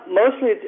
mostly